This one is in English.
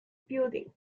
building